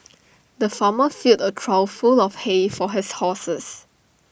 the farmer filled A trough full of hay for his horses